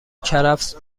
کرفس